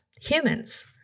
humans